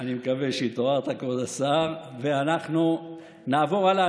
אני מקווה שהתעוררת, כבוד השר, ואנחנו נעבור הלאה.